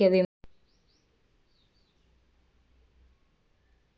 ಆರೋಗ್ಯ ವಿಮೆ ಮಾಡುವುದು ಹೇಗೆ?